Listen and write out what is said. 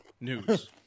news